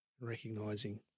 recognizing